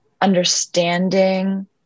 understanding